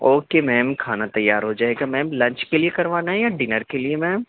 okay ma'am کھانا تیار ہو جائے گا میم لنچ کے لیے کروانا ہے یا ڈنر کے لیے میم